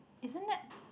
isn't that